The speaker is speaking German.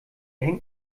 hängt